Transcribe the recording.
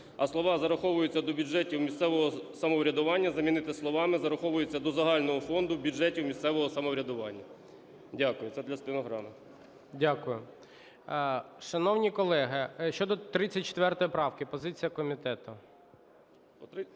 А слова "зараховуються до бюджетів місцевого самоврядування" замінити словами "зараховуються до загального фонду бюджетів місцевого самоврядування". Дякую. Це для стенограми. ГОЛОВУЮЧИЙ. Дякую. Шановні колеги, щодо 34 правки позиція комітету.